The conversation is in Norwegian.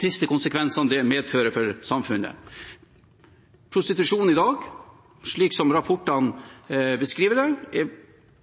triste konsekvensene dette medfører for samfunnet. Prostitusjon i dag, slik som rapportene beskriver det, er